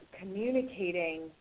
communicating